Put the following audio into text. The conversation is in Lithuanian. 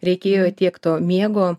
reikėjo tiek to miego